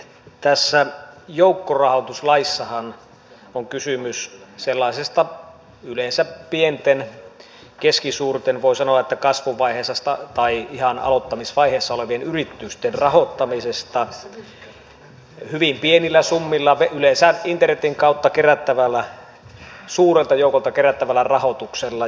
tässä joukkorahoituslaissahan on kysymys sellaisesta yleensä pienten keskisuurten voi sanoa kasvuvaiheessa tai ihan aloittamisvaiheessa olevien yritysten rahoittamisesta hyvin pienillä summilla yleensä internetin kautta suurelta joukolta kerättävällä rahoituksella